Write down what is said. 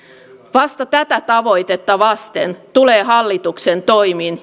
vasta tätä tavoitetta vasten tulee hallituksen toimiin